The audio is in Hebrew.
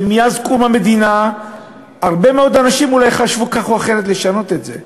שמאז קום המדינה הרבה מאוד אנשים אולי חשבו כך או אחרת לשנות את זה,